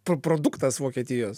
pro produktas vokietijos